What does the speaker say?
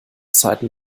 zeiten